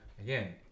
Again